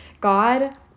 God